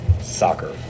soccer